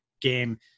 game